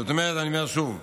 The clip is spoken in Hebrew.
זאת אומרת, אני אומר שוב: